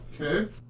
Okay